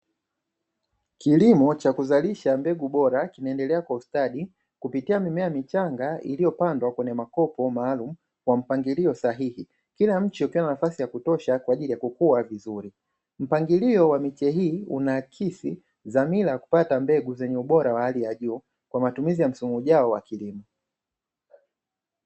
Kilimo cha kuzalisha mbegu bora kinaendelea kwa ustadi. Kupitia mimea michanga iliyopandwa kwenye makopo maalumu kwa mpangilio sahihi. Kila mche ukiwa na nafsi ya kutosha kwa ajili ya kukua vizuri. Mpangilo wa miche hii unaakisi dhamira ya kupata mbegu zenye ubora wa hali ya juu kwa matumizi ya msimu ujao wa kilimo.